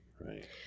Right